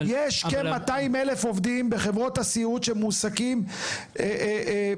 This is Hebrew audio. יש כ-200,000 עובדים בחברות הסיעוד שמועסקים דרך